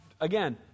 again